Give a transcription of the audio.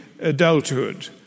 adulthood